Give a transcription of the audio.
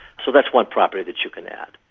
so that's one property that you can add.